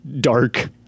dark